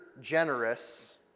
generous